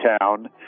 town